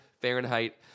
Fahrenheit